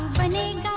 my name